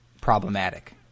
problematic